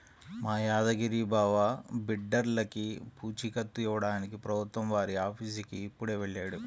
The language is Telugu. మా యాదగిరి బావ బిడ్డర్లకి పూచీకత్తు ఇవ్వడానికి ప్రభుత్వం వారి ఆఫీసుకి ఇప్పుడే వెళ్ళాడు